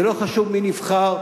זה לא חשוב מי נבחר.